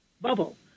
bubble